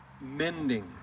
mending